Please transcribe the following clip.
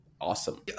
awesome